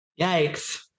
yikes